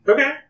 Okay